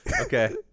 Okay